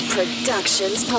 Productions